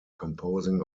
composing